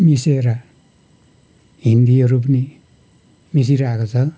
मिसिएर हिन्दीहरू पनि मिसिइरहेको छ